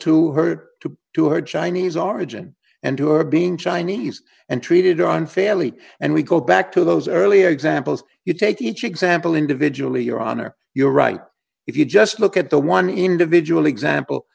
to hurt to her chinese origin and who are being chinese and treated unfairly and we go back to those earlier examples you take each example individually your honor you're right if you just look at the one individual example